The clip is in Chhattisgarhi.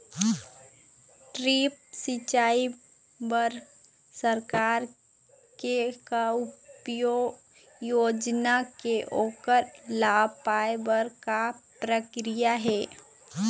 ड्रिप सिचाई बर सरकार के का योजना हे ओकर लाभ पाय बर का प्रक्रिया हे?